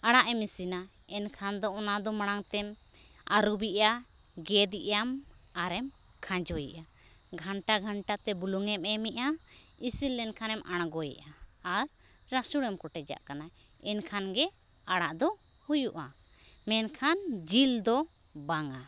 ᱟᱲᱟᱜ ᱮᱢ ᱤᱥᱤᱱᱟ ᱮᱱᱠᱷᱟᱱ ᱫᱚ ᱚᱱᱟ ᱫᱚ ᱢᱟᱲᱟᱝᱛᱮᱢ ᱟᱨᱩᱵᱮᱫᱼᱟ ᱜᱮᱫᱮᱜ ᱟᱢ ᱟᱨᱮᱢ ᱠᱷᱟᱸᱡᱚᱭᱮᱫᱼᱟ ᱜᱷᱟᱱᱴᱟ ᱜᱷᱟᱱᱴᱟᱛᱮ ᱵᱩᱞᱩᱝᱮᱢ ᱮᱢᱮᱫᱼᱟ ᱤᱥᱤᱱ ᱞᱮᱱᱠᱷᱟᱱᱮᱢ ᱟᱬᱜᱚᱭᱮᱜᱼᱟ ᱟᱨ ᱨᱟᱥᱩᱱᱮᱢ ᱠᱚᱴᱮᱡᱟᱜ ᱠᱟᱱᱟ ᱮᱱᱠᱷᱟᱱᱜᱮ ᱟᱲᱟᱜ ᱫᱚ ᱦᱩᱭᱩᱜᱼᱟ ᱢᱮᱱᱠᱷᱟᱱ ᱡᱤᱞ ᱫᱚ ᱵᱟᱝᱟ